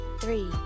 three